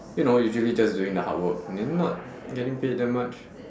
you know usually just doing the hard work and they're not getting paid that much